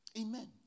Amen